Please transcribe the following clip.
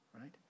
right